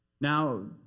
Now